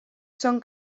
són